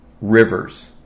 rivers